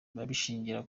babishingira